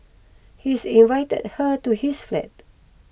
he's invited her to his flat